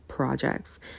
projects